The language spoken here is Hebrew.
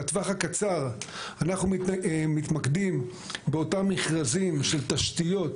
בטווח הקצר אנחנו מתמקדים באותם מכרזים של תשתיות